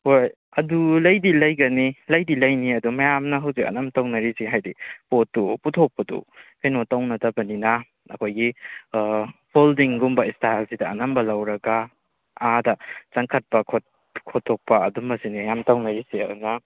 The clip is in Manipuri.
ꯍꯣꯏ ꯑꯗꯨ ꯂꯩꯗꯤ ꯂꯩꯒꯅꯤ ꯂꯩꯗꯤ ꯂꯩꯅꯤ ꯑꯗꯨ ꯃꯌꯥꯝꯅ ꯍꯧꯖꯤꯛ ꯑꯅꯝ ꯇꯧꯅꯔꯤꯁꯤ ꯍꯥꯏꯗꯤ ꯄꯣꯠꯇꯨ ꯄꯨꯊꯣꯛꯄꯗꯨ ꯀꯩꯅꯣ ꯇꯧꯅꯗꯕꯅꯤꯅ ꯑꯩꯈꯣꯏꯒꯤ ꯐꯣꯜꯗꯤꯡꯒꯨꯝꯕ ꯏꯁꯇꯥꯏꯜꯁꯤꯗ ꯑꯅꯝꯕ ꯂꯧꯔꯒ ꯑꯥꯗ ꯆꯟꯈꯠꯄ ꯈꯣꯠꯇꯣꯛꯄ ꯑꯗꯨꯝ ꯃꯁꯤꯅꯤ ꯑꯌꯥꯝꯕ ꯇꯧꯅꯔꯤꯁꯤ ꯑꯗꯨꯅ